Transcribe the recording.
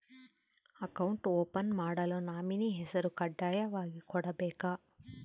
Account open ಮಾಡಲು nominee ಹೆಸರು ಕಡ್ಡಾಯವಾಗಿ ಕೊಡಬೇಕಾ?